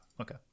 okay